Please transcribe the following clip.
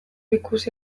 ikusi